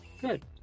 Good